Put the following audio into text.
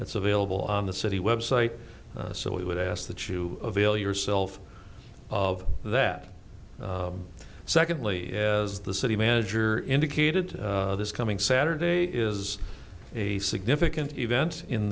that's available on the city website so we would ask that you avail yourself of that secondly as the city manager indicated this coming saturday is a significant event in